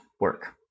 work